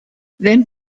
then